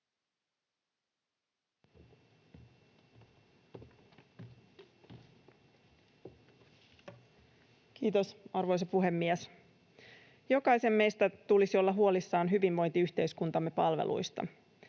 Kiitos, arvoisa puhemies! Jokaisen meistä tulisi olla huolissaan hyvinvointiyhteiskuntamme palveluista.